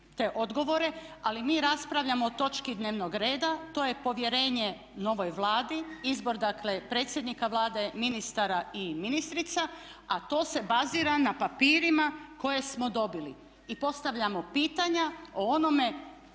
te odgovore ali mi raspravljamo o točki dnevnog reda, to je povjerenje novoj Vladi, izbor dakle predsjednika Vlade, ministara i ministrica a to se bazira na papirima koje smo dobili. I postavljamo pitanja o onome